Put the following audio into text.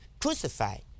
crucified